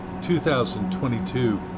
2022